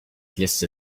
just